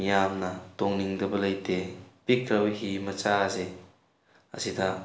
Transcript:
ꯃꯤꯌꯥꯝꯅ ꯇꯣꯡꯅꯤꯡꯗꯕ ꯂꯩꯇꯦ ꯄꯤꯛꯈ꯭ꯔꯕ ꯍꯤ ꯃꯆꯥ ꯑꯁꯦ ꯑꯁꯤꯗ